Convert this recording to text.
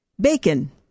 Bacon